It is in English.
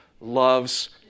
loves